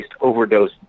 overdose